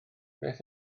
beth